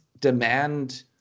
demand